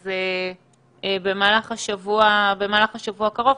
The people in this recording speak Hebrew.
אז במהלך השבוע הקרוב,